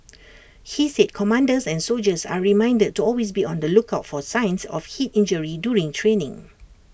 he said commanders and soldiers are reminded to always be on the lookout for signs of heat injury during training